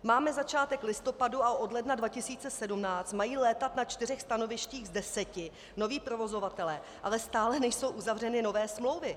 Máme začátek listopadu a od ledna 2017 mají létat na čtyřech stanovištích z deseti noví provozovatelé, ale stále nejsou uzavřeny nové smlouvy.